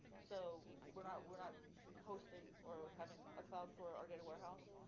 so we're not we're not hosting or having a cloud for our data warehouse.